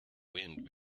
wind